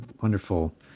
wonderful